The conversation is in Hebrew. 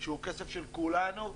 שהוא כסף של כולנו,